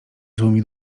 złymi